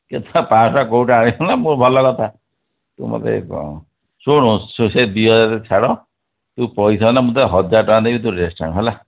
କେତେ ପାଞ୍ଚ ଶହ ଟଙ୍କା କେଉଁଠୁ ଆଣିବୁନା ବହୁତ ଭଲ କଥା ତୁ ମୋତେ କହ ଶୁଣ ସେ ଦୁଇ ହଜାର ଛାଡ଼ ତୁ ପଇସା ନେ ମୁଁ ତୋତେ ହଜାର ଟଙ୍କା ଦେବି ତୁ ଡ୍ରେସ୍ଟା ଆଣ ହେଲା